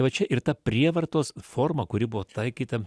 va čia ir ta prievartos forma kuri buvo taikyta